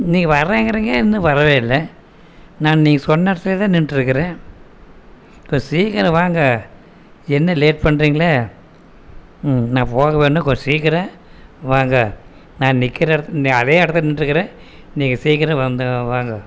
நீங்கள் வரேன்ங்கிறீங்க இன்னும் வரவே இல்லை நான் நீங்கள் சொன்ன இடத்துலேதான் நின்றுட்டு இருக்கிறேன் கொஞ்சம் சீக்கிரம் வாங்க என்ன லேட் பண்ணுறிங்களே நான் போக வேணும் கொஞ்சம் சீக்கிரம் வாங்க நான் நிற்கிற இடத்துல அதே இடத்துல நின்றுட்டு இருக்கிறேன் நீங்கள் சீக்கிரம் வந்து வாங்க